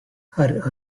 her